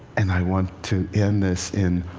and i want to end this in